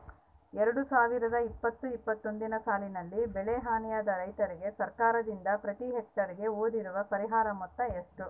ಎರಡು ಸಾವಿರದ ಇಪ್ಪತ್ತು ಇಪ್ಪತ್ತೊಂದನೆ ಸಾಲಿನಲ್ಲಿ ಬೆಳೆ ಹಾನಿಯಾದ ರೈತರಿಗೆ ಸರ್ಕಾರದಿಂದ ಪ್ರತಿ ಹೆಕ್ಟರ್ ಗೆ ಒದಗುವ ಪರಿಹಾರ ಮೊತ್ತ ಎಷ್ಟು?